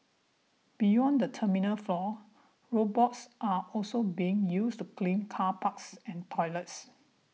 beyond the terminal floors robots are also being used to clean car parks and toilets